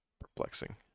perplexing